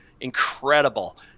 incredible